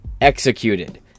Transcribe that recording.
executed